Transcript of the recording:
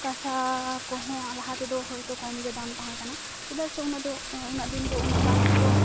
ᱠᱟᱥᱟ ᱠᱚᱦᱚᱸ ᱞᱟᱦᱟᱛᱮᱫᱚ ᱦᱳᱭᱛᱚ ᱠᱚᱢᱜᱮ ᱫᱟᱢ ᱛᱟᱦᱮᱸ ᱠᱟᱱᱟ ᱪᱮᱫᱟᱜ ᱥᱮ ᱩᱱᱟᱹᱜ ᱫᱚ ᱩᱱᱟᱹᱜ ᱫᱤᱱ ᱫᱚ ᱵᱟᱝ ᱠᱚ